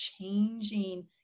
changing